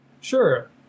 Sure